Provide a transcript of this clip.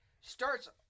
starts